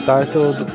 Titled